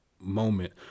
moment